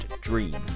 dream